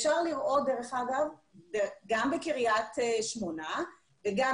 אפשר לראות, דרך אגב, גם בקרית שמונה וגם